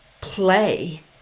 play